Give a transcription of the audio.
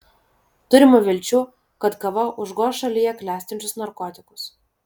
turima vilčių kad kava užgoš šalyje klestinčius narkotikus